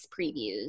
previews